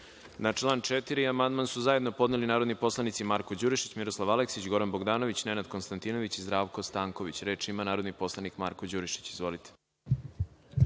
član 4. amandman su zajedno podneli narodni poslanici Marko Đurišić, Miroslav Aleksić, Goran Bogdanović, Nenad Konstantinović i Zdravko Stanković. Reč ima narodni poslanik Marko Đurišić. Izvolite.